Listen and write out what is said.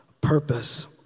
purpose